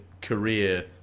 career